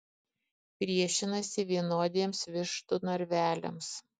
priešinasi vienodiems vištų narveliams